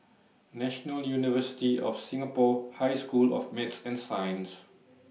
National University of Singapore High School of Math and Science